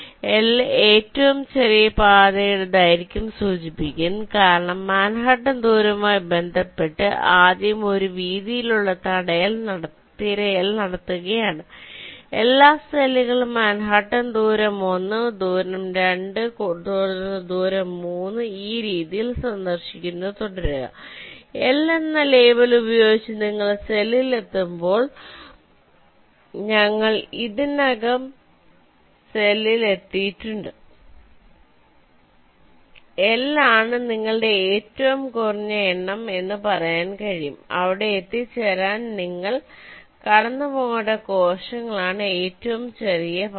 അതിനാൽ L ഏറ്റവും ചെറിയ പാതയുടെ ദൈർഘ്യം സൂചിപ്പിക്കും കാരണം മാൻഹട്ടൻ ദൂരവുമായി ബന്ധപ്പെട്ട് ആദ്യം ഒരു വീതിയുള്ള തിരയൽ നടത്തുകയാണ് എല്ലാ സെല്ലുകളും മാൻഹട്ടൻ ദൂരം 1 ദൂരം 2 തുടർന്ന് ദൂരം 3 ഈ രീതിയിൽ സന്ദർശിക്കുന്നു തുടരുക L എന്ന ലേബൽ ഉപയോഗിച്ച് നിങ്ങൾ സെല്ലിൽ എത്തുമ്പോൾ ഞങ്ങൾ ഇതിനകം സെല്ലിൽ എത്തിയിട്ടുണ്ട് L ആണ് നിങ്ങളുടെ ഏറ്റവും കുറഞ്ഞ എണ്ണം എന്ന് പറയാൻ കഴിയും അവിടെ എത്തിച്ചേരാൻ നിങ്ങൾ കടന്നുപോകേണ്ട കോശങ്ങളാണ് ഏറ്റവും ചെറിയ പാത